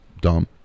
dumb